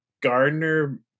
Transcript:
Gardner